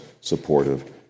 supportive